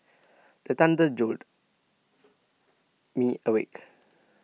the thunder jolt me awake